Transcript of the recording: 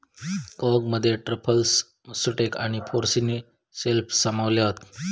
कवकमध्ये truffles, matsutake आणि porcini ceps सामावले हत